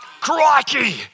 Crikey